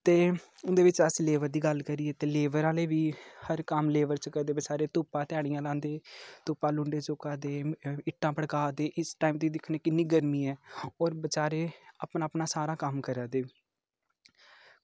ते उं'दे बिच्च अस लेबर दी गल्ल करिए लेबर आह्ले बी हर कम्म लेबर च करदे बेचारे धुप्पा च ध्याड़ियां लांदे धुप्पा लुंडे चुक्का दे इट्टां पकड़ा दे इस टाइम दिक्खो किन्नी गर्मी ऐ होर बेचारे अपना अपना सारा कम्म करा दे